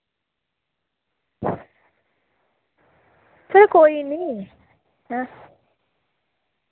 चलो कोई नी हं